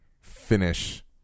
finish